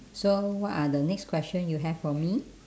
so what are the next question you have for me